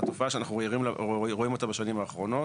התופעה שאנחנו ערים לה ורואים אותה בשנים האחרונות,